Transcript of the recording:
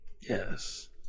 Yes